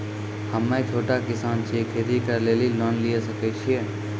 हम्मे छोटा किसान छियै, खेती करे लेली लोन लिये सकय छियै?